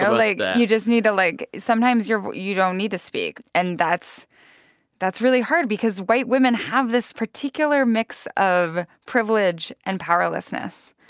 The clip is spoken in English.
so like, you just need to like sometimes you don't need to speak. and that's that's really hard because white women have this particular mix of privilege and powerlessness,